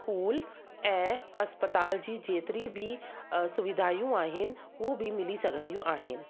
school ऐं अस्पताल जी जेतिरी बि सुविधाऊं आहिनि हू बि मिली सघंदियूं आहिनि